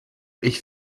ich